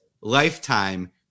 lifetime